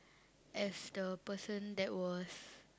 as the person that was